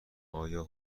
آیا